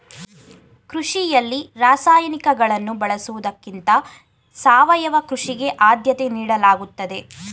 ಕೃಷಿಯಲ್ಲಿ ರಾಸಾಯನಿಕಗಳನ್ನು ಬಳಸುವುದಕ್ಕಿಂತ ಸಾವಯವ ಕೃಷಿಗೆ ಆದ್ಯತೆ ನೀಡಲಾಗುತ್ತದೆ